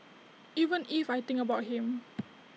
even if I think about him